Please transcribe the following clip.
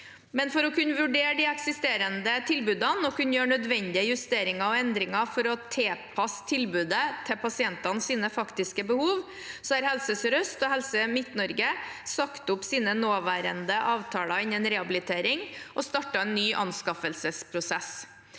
For å kunne vurdere de eksisterende tilbudene og kunne gjøre nødvendige justeringer og endringer for å tilpasse tilbudet til pasientenes faktiske behov har Helse sør-øst og Helse Midt-Norge sagt opp sine nåværende avtaler innen rehabilitering og startet en ny anskaffelsesprosess.